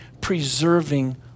preserving